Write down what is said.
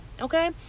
Okay